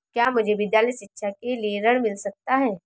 क्या मुझे विद्यालय शिक्षा के लिए ऋण मिल सकता है?